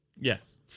Yes